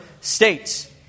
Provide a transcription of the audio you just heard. states